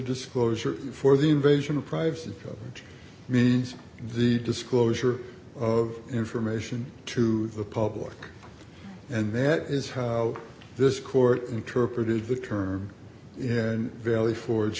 disclosure for the invasion of privacy means the disclosure of information to the public and that is how this court interpreted the term and valley forge